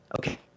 Okay